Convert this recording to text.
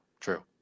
True